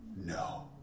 No